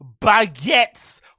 baguettes